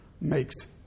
makes